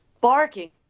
barking